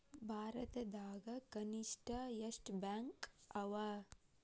ಭಾರತದಾಗ ಕನಿಷ್ಠ ಎಷ್ಟ್ ಬ್ಯಾಂಕ್ ಅವ?